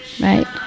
right